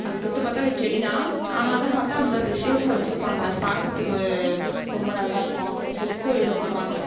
அதை தொட்டுப் பார்த்தாவே செடிதான் ஆனாலும் பார்த்தா அந்தந்த ஷேப்ல வச்சிருப்பாங்க அது பார்க்குறதுக்கு ரொம்ப நல்லா இருக்கும் அப்புறம் பொற்கோவில்னு சொல்லுவாங்க